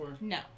No